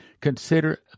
Consider